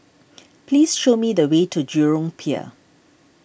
please show me the way to Jurong Pier